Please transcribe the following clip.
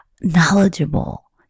knowledgeable